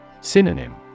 Synonym